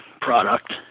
product